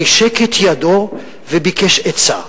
נישק את ידו וביקש עצה.